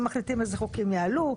הם מחליטים אילו חוקים יעלו,